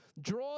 draw